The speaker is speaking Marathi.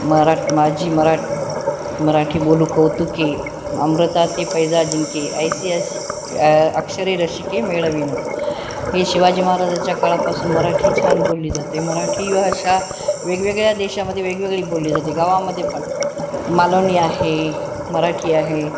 मराठ माझी मरा मराठी बोलू कौतुके अमृता ते पैजा जिंके ऐसीआशी अक्षरे रसिके मेळविन हे शिवाजी महाराजाच्या काळापासून मराठी छान बोलली जाते मराठी भाषा वेगवेगळ्या देशामध्ये वेगवेगळी बोलली जाते गावामध्ये पण मालवणी आहे मराठी आहे